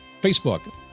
Facebook